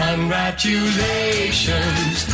Congratulations